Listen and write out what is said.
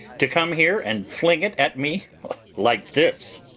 to come here and fling it at me like this.